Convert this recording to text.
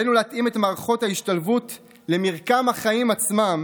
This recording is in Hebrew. עלינו להתאים את מערכות ההשתלבות למרקם החיים עצמם